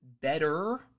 better